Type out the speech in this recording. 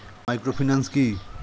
Microfinance কি?